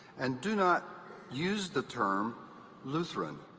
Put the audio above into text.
and do not use the term lutheran.